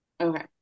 Okay